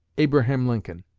abraham lincoln.